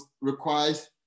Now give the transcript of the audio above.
requires